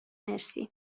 مرسی